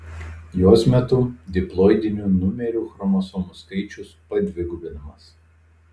jos metu diploidinių numerių chromosomų skaičius padvigubinamas